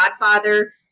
godfather